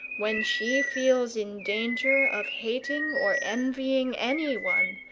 when she feels in danger of hating or envying anyone,